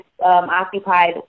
occupied